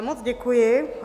Moc děkuji.